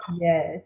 Yes